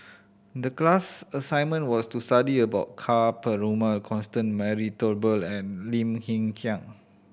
the class assignment was to study about Ka Perumal Constance Mary Turnbull and Lim Hng Kiang